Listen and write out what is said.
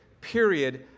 period